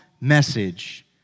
message